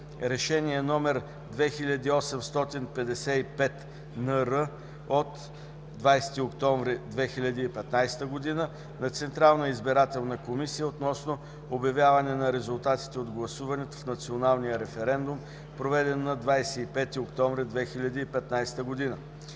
Решение № 2855 НР от 20 октомври 2015 г. на Централната избирателна комисия относно обявяване на резултатите от гласуването в националния референдум, проведен на 25 октомври 2015 г.